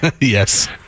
yes